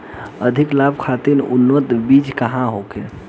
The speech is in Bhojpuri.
अधिक लाभ खातिर उन्नत बीज का होखे?